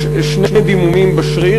יש שני דימומים בשריר,